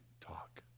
talk